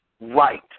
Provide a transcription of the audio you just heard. right